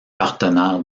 partenaire